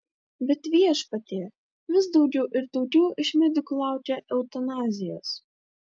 bet viešpatie vis daugiau ir daugiau iš medikų laukia eutanazijos